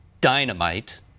Dynamite